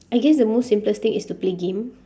I guess the most simplest thing is to play game